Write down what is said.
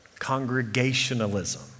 Congregationalism